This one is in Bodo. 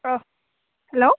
अह हेलौ